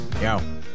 Yo